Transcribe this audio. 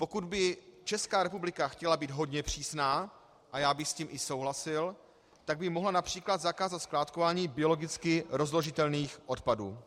Pokud by Česká republika chtěla být hodně přísná, a já bych s tím i souhlasil, tak by mohla například zakázat skládkování biologicky rozložitelných odpadů.